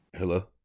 Hello